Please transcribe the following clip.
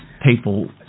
People